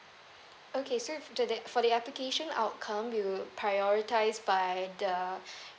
okay so for to that for the application outcome we will prioritise by the